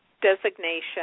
designation